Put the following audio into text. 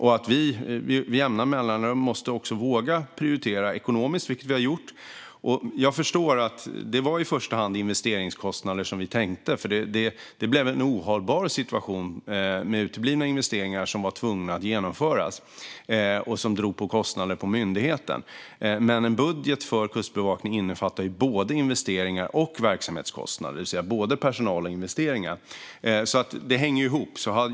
Med jämna mellanrum måste också vi våga prioritera ekonomiskt, vilket vi har gjort. Jag förstår att det i första hand var investeringskostnader som vi tänkte på, för det blev en ohållbar situation med uteblivna investeringar som var tvungna att genomföras och som drog på myndigheten kostnader. En budget för Kustbevakningen innefattar dock både investeringar och verksamhetskostnader, det vill säga både personal och investeringar. Det hänger ihop.